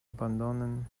abandonen